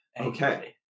Okay